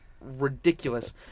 ridiculous